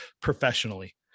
professionally